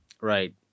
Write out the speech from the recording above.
right